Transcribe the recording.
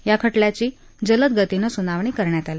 या खटल्याची जलदगतीनं सुनावणी करण्यात आली